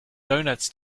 doughnuts